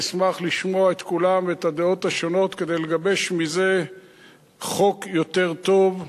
נשמח לשמוע את כולם ואת הדעות השונות כדי לגבש מזה חוק יותר טוב,